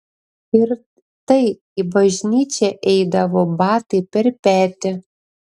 ir tai į bažnyčią eidavo batai per petį